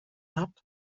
habt